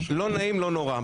לא נעים לא נורא,